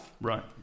right